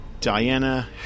Diana